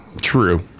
True